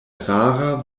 rara